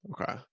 Okay